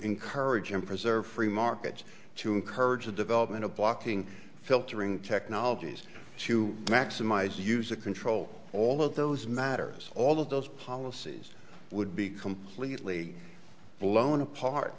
encourage and preserve free markets to encourage the development of blocking filtering technologies to maximize use of control all of those matters all of those policies would be completely blown apart